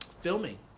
filming